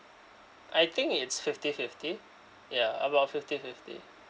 I think it's fifty fifty ya about fifty fifty